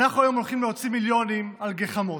אנחנו היום הולכים להוציא מיליונים על גחמות,